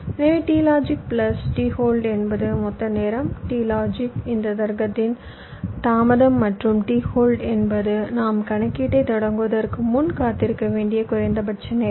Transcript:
எனவே t logic plus t hold என்பது மொத்த நேரம் t லாஜிக் இந்த தர்க்கத்தின் தாமதம் மற்றும் t ஹோல்ட் என்பது நாம் கணக்கீட்டைத் தொடங்குவதற்கு முன் காத்திருக்க வேண்டிய குறைந்தபட்ச நேரம்